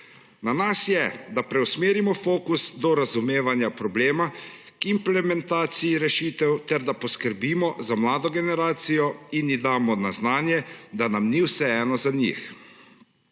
Na nas je, da preusmerimo fokus od razumevanja problema k implementaciji rešitev ter da poskrbimo za mlado generacijo in ji damo na znanje, da nam ni vseeno za njih.